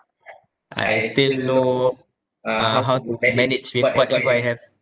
I still know uh how to manage with what I have